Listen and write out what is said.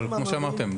אבל כמו שאמרתם,